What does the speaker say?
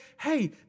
hey